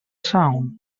sound